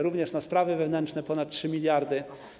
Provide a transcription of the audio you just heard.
Również na sprawy wewnętrzne ponad 3 mld.